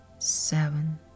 Seven